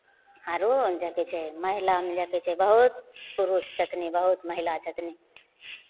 आरो जतेक छै महिलामे जतेक छै बहुत पुरुष छथिन बहुत महिला छथिन